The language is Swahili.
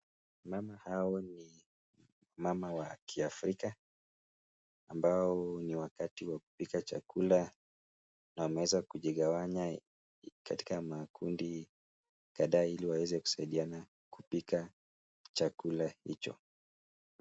Mama hao ni mama wa kiafrika ambao ni wakati wa kupika chakula na wameweza kujigawanya katika makundi kadhaa ili waweze kusaidiana kupika chakula hicho.